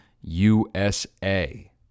USA